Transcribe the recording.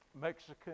Mexican